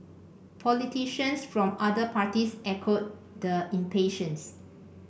politicians from other parties echoed the impatience